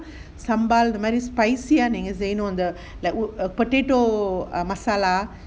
sambal sambar இந்த மாறி:saambar intha spicy நீங்க செய்யனும் அந்த:neenga seyyanum antha potato err masala